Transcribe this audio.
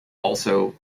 also